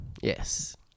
yes